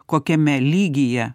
kokiame lygyje